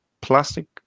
Plastic